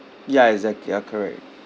ya exactly ya correct